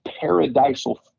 paradisal